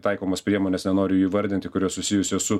taikomos priemonės nenoriu įvardinti kurios susijusios su